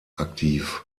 aktiv